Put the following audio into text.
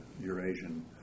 Eurasian